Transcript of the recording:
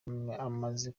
umaze